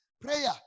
Prayer